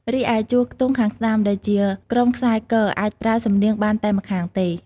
រីឯជួរខ្ទង់ខាងស្ដាំ ដែលជា ក្រុមខ្សែគ អាចប្រើសំនៀងបានតែម្ខាងទេ។